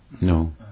No